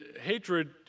Hatred